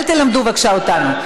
בבקשה אל תלמדו אותנו.